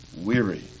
weary